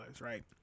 right